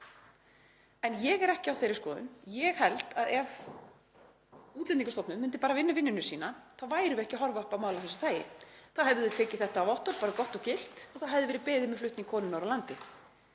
En ég er ekki á þeirri skoðun. Ég held að ef Útlendingastofnun myndi bara vinna vinnuna sína þá værum við ekki að horfa upp á mál af þessu tagi. Þá hefði hún tekið þetta vottorð gott og gilt og það hefði verið beðið með flutning konunnar úr landi.